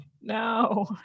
No